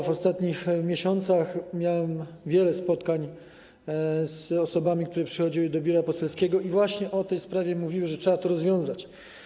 W ostatnich miesiącach miałem wiele spotkań z osobami, które przychodziły do biura poselskiego i właśnie o tej sprawie mówiły, że trzeba to rozwiązać.